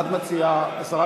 מה את מציעה, השרה